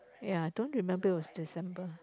ya don't remember was December